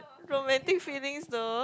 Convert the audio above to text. romantic feelings though